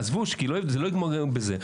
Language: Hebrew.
עזבו, זה לא ייגמר בזה.